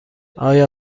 آیا